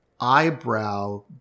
eyebrow